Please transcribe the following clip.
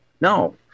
no